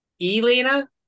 Elena